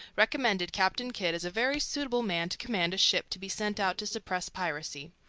recommended captain kidd as a very suitable man to command a ship to be sent out to suppress piracy.